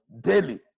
daily